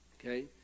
okay